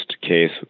case